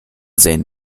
sehen